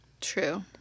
True